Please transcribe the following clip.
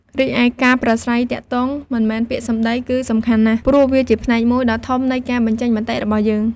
រីឯ ការប្រាស្រ័យទាក់ទងមិនមែនពាក្យសំដី គឺសំខាន់ណាស់ ព្រោះវាជាផ្នែកមួយដ៏ធំនៃការបញ្ចេញមតិរបស់យើង។